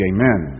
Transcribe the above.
Amen